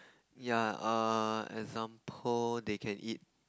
ya err example they can eat